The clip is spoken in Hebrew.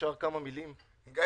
כמה מילים, אם אפשר.